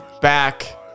back